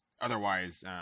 otherwise